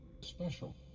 Special